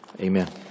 Amen